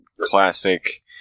Classic